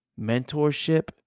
mentorship